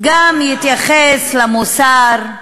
גם יתייחס למוסר,